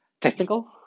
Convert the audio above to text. technical